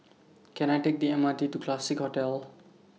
Can I Take The M R T to Classique Hotel